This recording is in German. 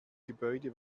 gebäude